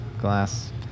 glass